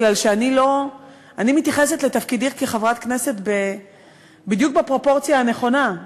כי אני מתייחסת לתפקידי כחברת כנסת בדיוק בפרופורציה הנכונה.